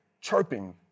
chirping